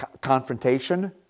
confrontation